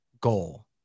goal